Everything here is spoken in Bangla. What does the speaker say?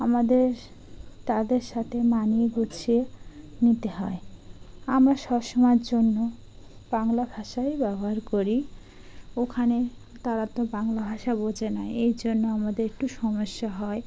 আমাদের তাদের সাথে মানিয়ে গুছিয়ে নিতে হয় আমরা সবসময়ের জন্য বাংলা ভাষাই ব্যবহার করি ওখানে তারা তো বাংলা ভাষা বোঝে নয় এই জন্য আমাদের একটু সমস্যা হয়